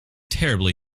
terribly